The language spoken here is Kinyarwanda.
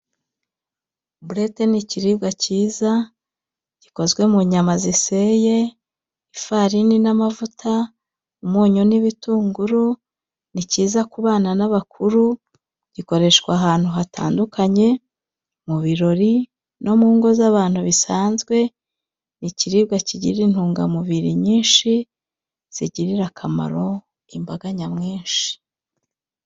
Burete ni ikiribwa cyiza gikozwe mu nyama ziseye, ifarini n'amavuta, umunyu n'ibitunguru, ni cyiza ku bana n'abakuru, gikoreshwa ahantu hatandukanye, mu birori no mu ngo z'abantu bisanzwe, ni ikiribwa kigira intungamubiri nyinshi zigirira akamaro imbaga nyamwinshi.